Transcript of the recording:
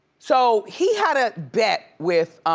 so he had a bet with